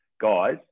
guys